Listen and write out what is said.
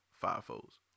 Five-folds